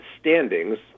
standings